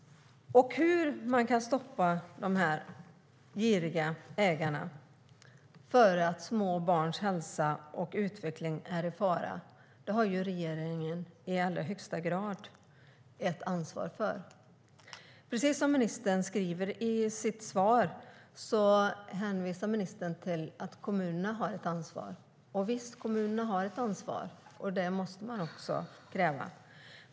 Att stoppa de giriga ägarna, eftersom små barns hälsa och utveckling är i fara, har regeringen i allra högst grad ett ansvar för. I sitt svar hänvisar ministern till att kommunerna har ett ansvar. Ja, kommunerna har ett ansvar, och det måste man också kräva.